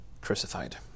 crucified